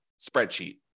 spreadsheet